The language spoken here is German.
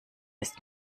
ist